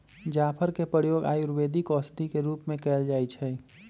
जाफर के प्रयोग आयुर्वेदिक औषधि के रूप में कएल जाइ छइ